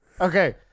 Okay